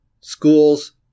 schools